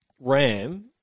Ram